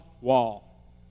wall